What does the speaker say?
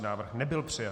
Návrh nebyl přijat.